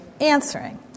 answering